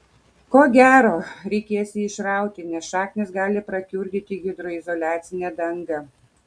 ko gero reikės jį išrauti nes šaknys gali prakiurdyti hidroizoliacinę dangą